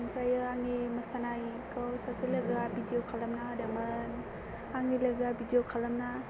ओमफ्रायो आंनि मोसानायखौ सासे लोगोआ भिदिअ खालामना होदोंमोन आंनि लोगोआ भिदिअ खालामना